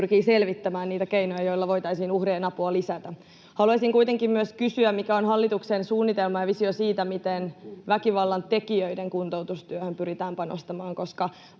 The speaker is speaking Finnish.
pyrkii selvittämään niitä keinoja, joilla voitaisiin uhrien apua lisätä. Haluaisin kuitenkin myös kysyä, mikä on hallituksen suunnitelma ja visio siitä, miten väkivallan tekijöiden kuntoutustyöhön pyritään panostamaan,